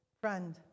Friend